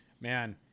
Man